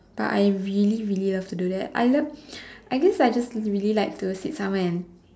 but I really really love to do that I love I guess I just really like to sit somewhere and